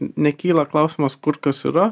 nekyla klausimas kur kas yra